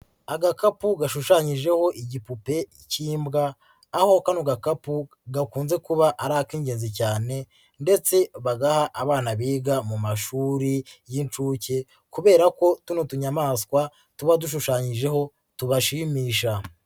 Agakapu gashushanyijeho igipupe cy'imbwa aho kano gakapu gakunze kuba ari ak'ingenzi cyane ndetse bagaha abana biga mu mashuri y'inshuke kubera ko tuno tunyamaswa tuba dushushanyijeho tubashimisha.